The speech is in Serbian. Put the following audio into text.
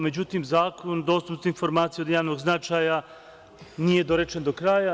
Međutim, Zakon o dostupnosti informacija od javnog značaja nije dorečen do kraja.